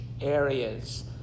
areas